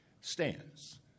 stands